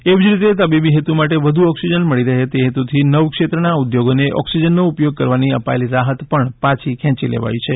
એવી જ રીતે તબીબી હેતુ માટે વધુ ઓક્સીજન મળી રહે તે હેતુથી નવ ક્ષેત્રોના ઉદ્યોગોને ઓક્સીજનનો ઉપયોગ કરવાની અપાયેલી રાહત પણ પાછી ખેંચી લેવાઈ છે